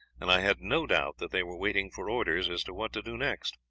and i had no doubt that they were waiting for orders as to what to do next.